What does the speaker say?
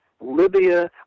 Libya